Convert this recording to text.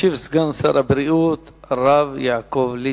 ישיב סגן שר הבריאות, הרב יעקב ליצמן.